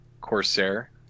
Corsair